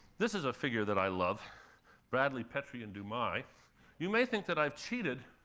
this is a figure that i love bradley, petrie, and dumais. you may think that i've cheated,